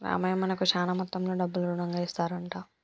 రామయ్య మనకు శాన మొత్తంలో డబ్బులు రుణంగా ఇస్తారంట